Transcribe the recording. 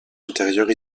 intérieur